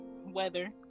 weather